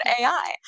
AI